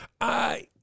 I-